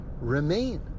remain